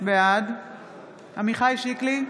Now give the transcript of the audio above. בעד עמיחי שיקלי,